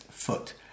foot